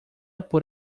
por